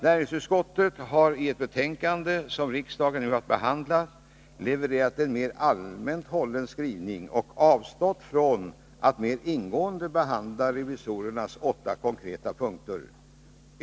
Näringsutskottet har i det betänkande som riksdagen nu har att behandla levererat en mer allmänt hållen skrivning och avstått från att mer ingående behandla revisorernas åtta konkreta punkter.